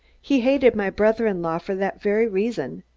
he hated my brother-in-law for that very reason.